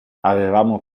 avevamo